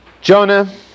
Jonah